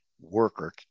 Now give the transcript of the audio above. worker